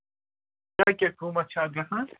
تۄہہِ کیٛاہ قۭمَتھ چھُ اَتھ گژھان